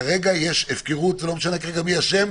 כרגע יש הפקרות, ולא משנה כרגע מי אשם.